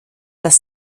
dass